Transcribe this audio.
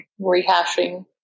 rehashing